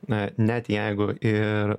na net jeigu ir